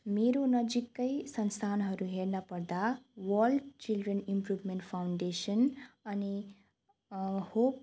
मेरो नजिककै संस्थानहरू हेर्न पर्दा वर्ल्ड चिल्ड्रेन इम्प्रुभमेन्ट फाउन्डेसन अनि होप